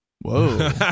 Whoa